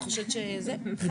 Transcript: את